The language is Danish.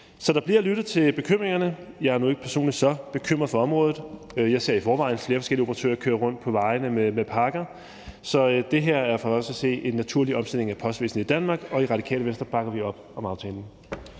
Så der bliver lyttet til bekymringerne. Jeg er nu personligt ikke så bekymret for området. Jeg ser i forvejen flere forskellige operatører køre rundt på vejene med pakker. Så det her er for os at se en naturlig omstilling af postvirksomheden i Danmark, og i Radikale Venstre bakker vi op om aftalen.